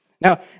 Now